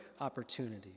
opportunities